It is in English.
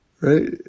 Right